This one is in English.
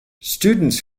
students